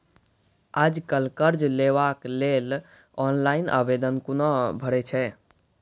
आज कल कर्ज लेवाक लेल ऑनलाइन आवेदन कूना भरै छै?